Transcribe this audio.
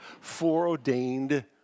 foreordained